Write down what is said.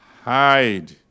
hide